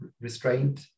restraint